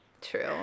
True